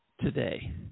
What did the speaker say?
today